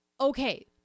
okay